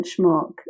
benchmark